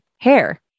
hair